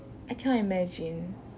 I cannot imagine